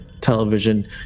television